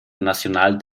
nacional